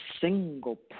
single